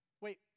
Wait